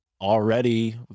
already